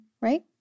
right